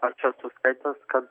aš esu skaitęs kad